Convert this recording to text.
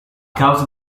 causa